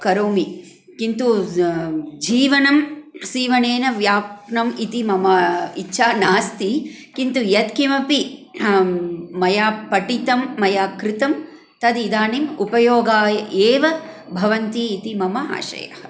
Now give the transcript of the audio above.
करोमि किन्तु जीवणं सीवणेन व्यापनम् इति मम इच्छा नास्ति किन्तु यत्किमपि मया पठितं मया कृतं तदिदानीम् उपयोगाय एव भवन्ति इति मम आशयः